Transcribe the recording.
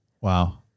Wow